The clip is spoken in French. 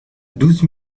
douze